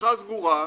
בריכה סגורה,